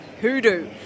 hoodoo